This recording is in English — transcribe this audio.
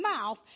mouth